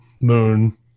moon